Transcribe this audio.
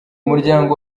muryango